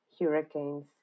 hurricanes